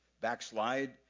backslide